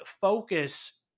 focus